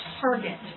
target